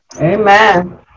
Amen